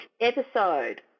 episode